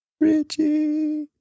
Richie